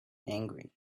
angry